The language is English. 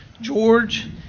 George